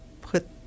put